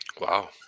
Wow